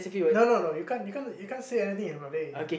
no no no you can't you can't you can't say anything in Malay